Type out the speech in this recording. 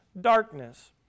darkness